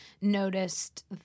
noticed